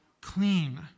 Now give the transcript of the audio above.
clean